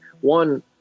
One